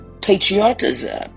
patriotism